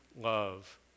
love